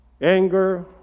anger